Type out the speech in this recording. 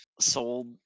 sold